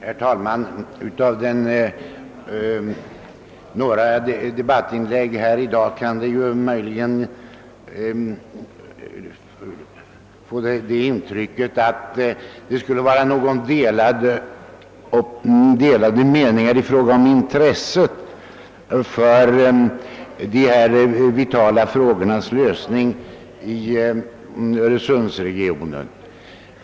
Herr talman! Av några debattinlägg här i dag kan man möjligen ha fått det intrycket att det skulle finnas några delade meningar när det gäller intresset för dessa vitala frågors lösning.